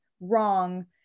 wrong